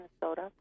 Minnesota